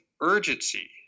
urgency